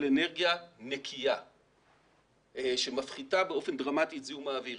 אנרגיה נקייה שמפחיתה באופן דרמטי את זיהום האוויר.